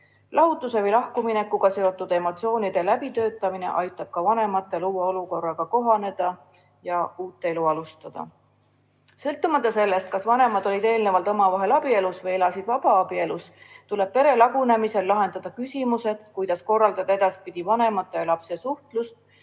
Lahutuse või lahkuminekuga seotud emotsioonide läbitöötamine aitab ka vanematel uue olukorraga kohaneda ja uut elu alustada. Sõltumata sellest, kas vanemad olid eelnevalt omavahel abielus või elasid vabaabielus, tuleb pere lagunemisel lahendada küsimus, kuidas korraldada ka edaspidi vanemate ja lapse suhtlust,